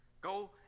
Go